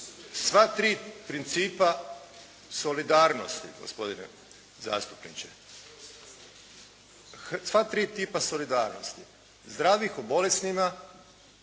sva tri principa solidarnosti, gospode zastupniče, sva tri tipa solidarnosti, zdravih o bolesnima,